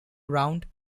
round